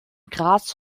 graz